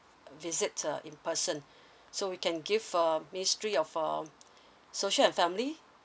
visit uh in person so we can give uh ministry of uh social and family